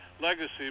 legacy